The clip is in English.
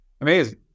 Amazing